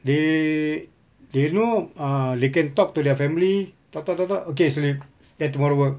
they they know err they can talk to their family talk talk talk talk okay sleep then tomorrow work